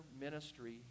ministry